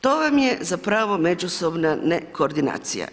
To vam je zapravo međusobna ne koordinacija.